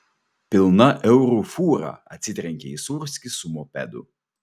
pilna eurų fūra atsitrenkė į sūrskį su mopedu